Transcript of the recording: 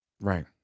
right